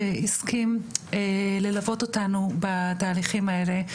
שהסכים ללוות אותנו בתהליכים האלה.